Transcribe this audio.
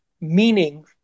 meaning